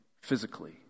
physically